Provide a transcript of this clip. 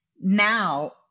now